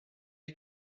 des